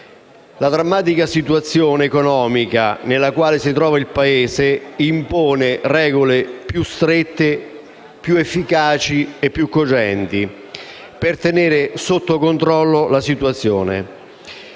La drammatica fase economica in cui si trova il Paese impone regole più strette, efficaci e cogenti per tenere sotto controllo la situazione.